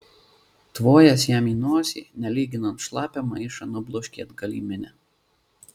tvojęs jam į nosį nelyginant šlapią maišą nubloškė atgal į minią